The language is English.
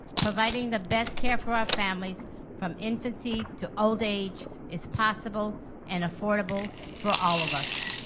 providing the best care for our families from infancy to old age is possible and affordable for all of us.